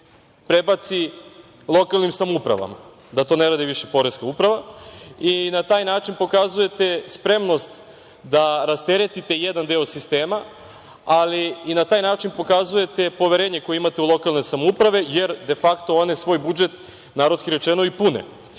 prebaci lokalnim samoupravama, da to ne radi više Poreska uprava i na taj način pokazujete spremnost da rasteretite jedan deo sistema, ali i na taj način pokazujete poverenje koje imate u lokalne samouprave, jer de fakto one svoj budžet, narodski rečeno i pune